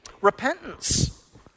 repentance